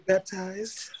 Baptized